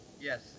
Yes